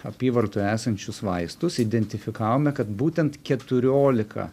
apyvartoje esančius vaistus identifikavome kad būtent keturiolika